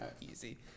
easy